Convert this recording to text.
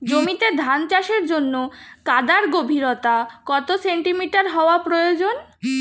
জমিতে ধান চাষের জন্য কাদার গভীরতা কত সেন্টিমিটার হওয়া প্রয়োজন?